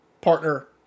partner